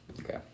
Okay